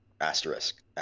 asterisk